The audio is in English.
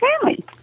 family